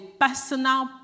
personal